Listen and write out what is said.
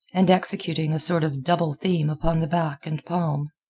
and executing a sort of double theme upon the back and palm.